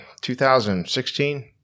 2016